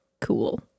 cool